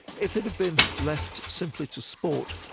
if it had been left simply to sport,